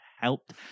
helped